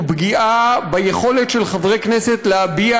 הוא פגיעה ביכולת של חברי כנסת להביע